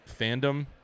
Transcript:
fandom